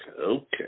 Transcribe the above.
Okay